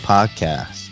Podcast